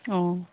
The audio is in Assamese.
অঁ